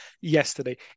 yesterday